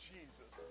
Jesus